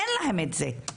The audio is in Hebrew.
אין להם את זה.